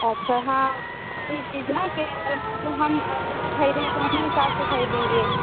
अच्छा हाँ ई चीज़ ना कि अगर मान लो हम लोहा ख़रीदेंगे तो अपने हिसाब से ख़रीदेंगे